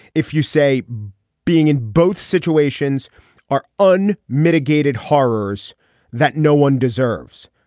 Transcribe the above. if you say being in both situations are un mitigated horrors that no one deserves.